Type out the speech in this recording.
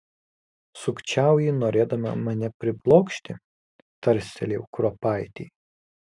sukčiauji norėdama mane priblokšti tarstelėjau kruopaitei